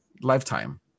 lifetime